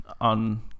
on